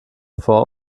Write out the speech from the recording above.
vor